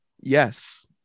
Yes